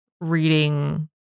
reading